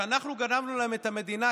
שאנחנו גנבנו להם את המדינה,